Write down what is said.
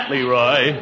Leroy